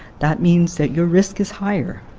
that means that your risk is higher.